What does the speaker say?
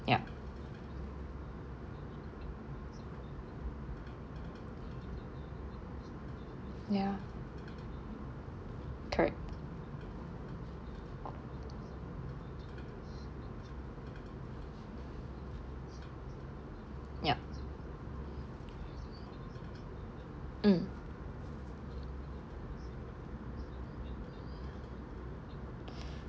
ya ya correct ya mm